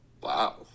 wow